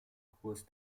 kurs